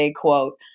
quote